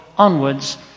Onwards